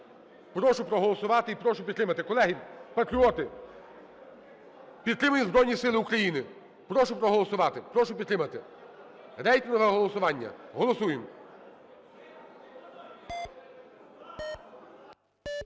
Прошу проголосувати і прошу підтримати. Колеги-патріоти, підтримуємо Збройні Сили України. Прошу проголосувати, прошу підтримати. Рейтингове голосування. Голосуємо.